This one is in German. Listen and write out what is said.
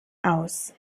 aus